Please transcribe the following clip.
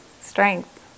strength